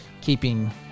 keeping